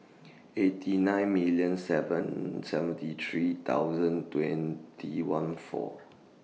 eighty nine million seven seventy three thousand twenty one four